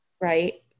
right